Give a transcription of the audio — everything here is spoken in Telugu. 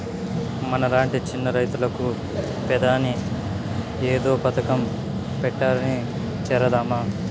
మనలాంటి చిన్న రైతులకు పెదాని ఏదో పథకం పెట్టారట చేరదామా